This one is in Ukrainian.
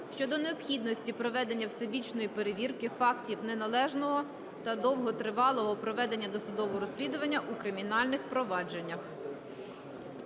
щодо необхідності проведення всебічної перевірки фактів неналежного та довготривалого проведення досудового розслідування у кримінальних провадженнях.